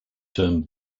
term